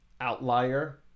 Outlier